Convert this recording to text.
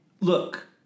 Look